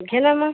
घे ना मग